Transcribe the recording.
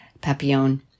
Papillon